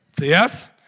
yes